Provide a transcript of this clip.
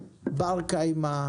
בר קיימא,